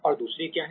और दूसरे क्या हैं